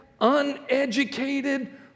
uneducated